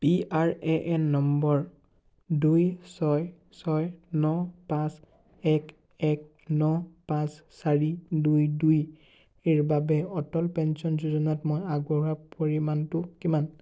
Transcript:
P R A N number দুই ছয় ছয় ন পাঁচ এক এক ন পাঁচ চাৰি দুই দুইৰ ইৰ বাবে অটল পেঞ্চন যোজনাত মই আগবঢ়োৱা পৰিমাণটো কিমান